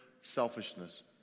selfishness